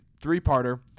three-parter